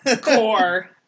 Core